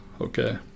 Okay